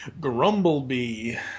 Grumblebee